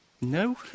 No